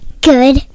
Good